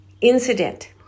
incident